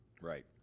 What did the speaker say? Right